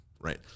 right